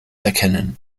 erkennen